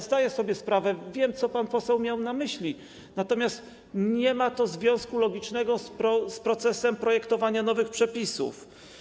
Zdaję sobie sprawę i wiem, co pan poseł miał na myśli, natomiast nie ma to związku logicznego z procesem projektowania nowych przepisów.